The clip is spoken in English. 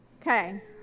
Okay